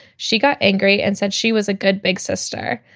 she got angry and said she was a good big sister.